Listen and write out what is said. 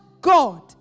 God